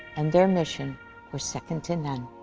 and their mission were second to none.